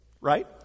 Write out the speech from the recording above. right